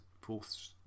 fourth